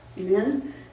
Amen